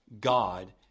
God